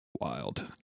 Wild